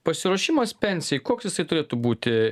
pasiruošimas pensijai koks jisai turėtų būti